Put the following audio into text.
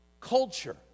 culture